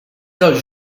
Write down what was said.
els